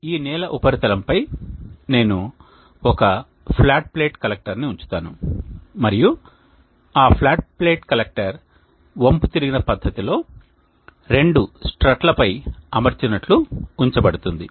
ఇప్పుడు ఈ నేల ఉపరితలంపై నేను ఒక ఫ్లాట్ ప్లేట్ కలెక్టర్ని ఉంచుతాను మరియు ఆ ఫ్లాట్ ప్లేట్ కలెక్టర్ వంపుతిరిగిన పద్ధతిలో రెండు స్ట్రట్లపై అమర్చినట్లు ఉంచ బడుతుంది